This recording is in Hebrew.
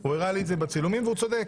הוא הראה לי את זה בצילומים והוא צודק.